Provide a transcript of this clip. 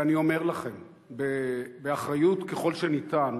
ואני אומר לכם באחריות, ככל שניתן,